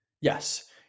Yes